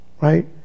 Right